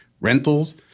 rentals